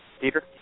Peter